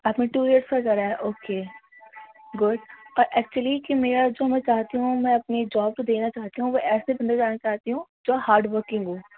آپ نے ٹو ائیرس کا کرا ہے اوکے گڈ پر ایکچولی کہ میرا جو میں چاہتی ہوں میں اپنی جاب تو دینا چاہتی ہوں مگر ایسے بندے کو دینا چاہتی ہوں جو ہارڈ ورکنگ ہو